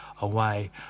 away